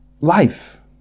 Life